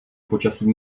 počasí